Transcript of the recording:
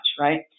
right